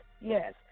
yes